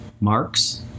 Marx